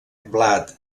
blat